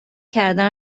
کردن